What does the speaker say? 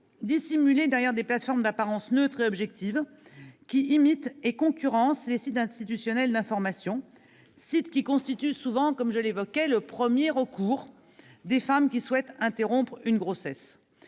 dissimulés derrière des plateformes d'apparence neutre et objective qui imitent et concurrencent les sites institutionnels d'information, sites qui constituent souvent le premier recours des femmes qui souhaitent interrompre une grossesse.